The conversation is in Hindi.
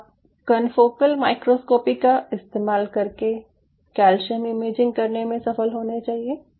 आप कनफोकल माइक्रोस्कोपी का इस्तेमाल करके कैल्शियम इमेजिंग करने में सफल होने चाहिए